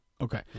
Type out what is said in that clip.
Okay